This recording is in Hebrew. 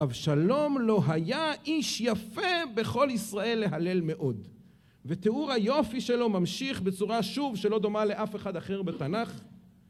אבשלום לא היה איש יפה בכל ישראל להלל מאוד ותיאור היופי שלו ממשיך בצורה שוב שלא דומה לאף אחד אחר בתנ״ך